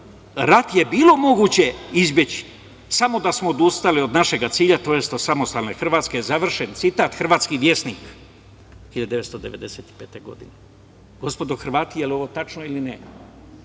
rat je bilo moguće izbeći samo da smo odustali od našeg cilja, to jest od samostalne Hrvatske. Završen citat, Hrvatski Vjesnik, 1995. godine. Gospodo Hrvati, da li je ovo tačno ili ne